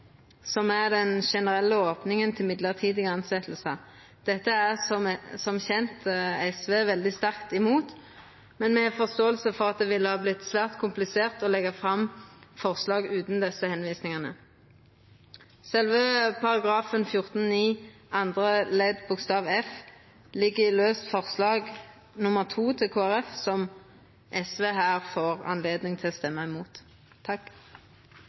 som er den generelle opninga for mellombelse tilsetjingar. Dette er som kjent SV sterkt imot, men me har forståing for at det ville vorte særs komplisert å leggja fram forslag utan å visa til dette. Sjølve § 14-9 andre ledd bokstav f ligg i forslag nr. 8, frå Kristeleg Folkeparti, som SV her får høve til å